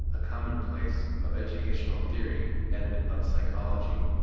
a common-place of educational theory and of psychology.